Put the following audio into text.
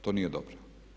To nije dobro!